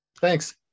Thanks